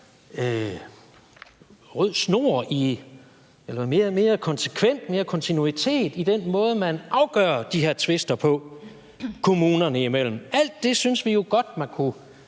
rød tråd, mere konsekvens, mere kontinuitet i den måde, man afgør de her tvister på kommunerne imellem. Alt det synes vi jo godt man kunne